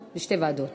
חוק ומשפט ועדת המדע.